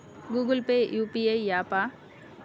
Google Pay UPI య్యాపా?